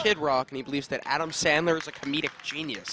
kid rock and he believes that adam sandler is a comedic genius